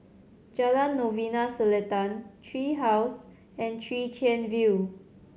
Jalan Novena Selatan Tree House and Chwee Chian View